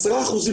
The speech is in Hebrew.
עשרה אחוזים,